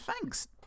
thanks